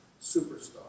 superstar